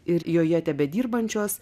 ir joje tebedirbančios